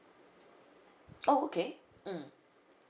oh okay mm